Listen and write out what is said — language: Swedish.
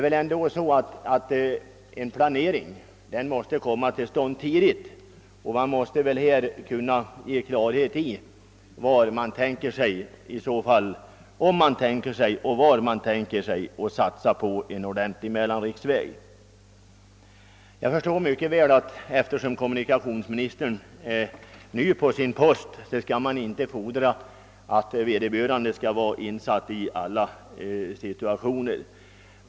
En planering måste komma till stånd tidigt, och vägverket måste väl kunna ge besked om huruvida och var man har tänkt sig att satsa på en mellanriksväg. Jag förstår mycket väl att man, eftersom kommunikationsministern är ny på sin post, inte kan fordra att han är insatt i alla detaljer.